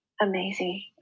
amazing